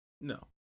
No